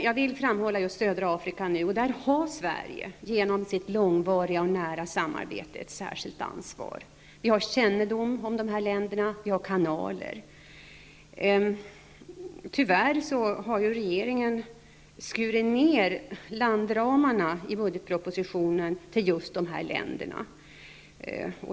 Jag vill nu framhålla just södra Afrika, där Sverige genom sitt långvariga och nära samarbete har ett särskilt ansvar. Vi har kännedom om dessa länder, och vi har kanaler. Tyvärr har regeringen i budgetpropositionen skurit ner landramarna till just de här länderna.